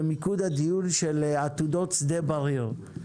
במיקוד הדיון של עתודות שדה בריר.